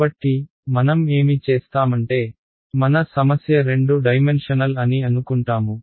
కాబట్టి మనం ఏమి చేస్తామంటే మన సమస్య రెండు డైమెన్షనల్ అని అనుకుంటాము